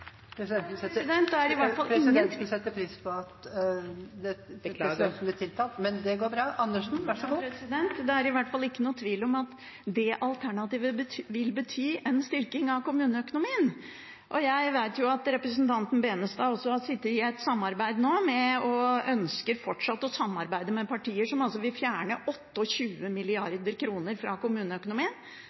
Presidenten ville sette pris på at talen gikk via presidenten. Beklager. Det er i hvert fall ikke noen tvil om at det alternativet vil bety en styrking av kommuneøkonomien. Jeg vet at representanten Benestad også har sittet i et samarbeid nå med – og fortsatt ønsker å samarbeide med – partier som vil fjerne 28 mrd. kr fra kommuneøkonomien.